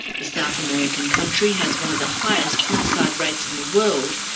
the south american country has one of the highest homicide rates in the world,